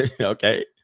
Okay